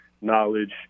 knowledge